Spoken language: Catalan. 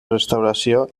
restauració